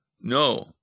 no